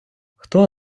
хто